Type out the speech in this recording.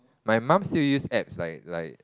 my mum still use apps like like